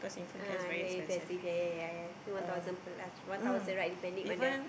ah hey passive ya ya ya ya only one thousand plus one thousand right depending on the